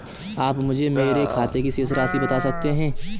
आप मुझे मेरे खाते की शेष राशि बता सकते हैं?